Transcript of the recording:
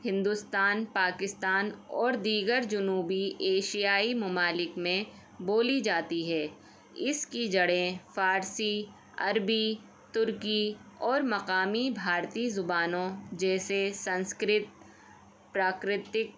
ہندوستان پاکستان اور دیگر جنوبی ایشیائی ممالک میں بولی جاتی ہے اس کی جڑیں فارسی عربی ترکی اور مقامی بھارتی زبانوں جیسے سنسکرت پراکرتک